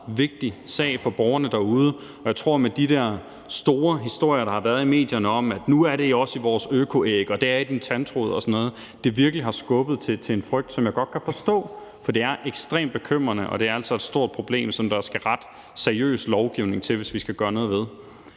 vigtig sag for borgerne derude, og jeg tror, at med de der store historier, der har været i medierne, om, at nu er det også i vores økoæg og i din tandtråd og sådan noget, virkelig har skubbet til en frygt, som jeg godt kan forstå, for det er ekstremt bekymrende, og det er altså et stort problem, som der skal ret seriøs lovgivning til hvis vi skal gøre noget ved.